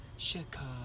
Chicago